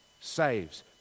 saves